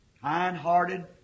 kind-hearted